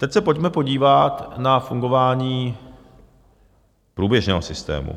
Teď se pojďme podívat na fungování průběžného systému.